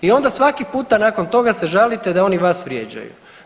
I onda svaki puta nakon toga se žalite da oni vas vrijeđaju.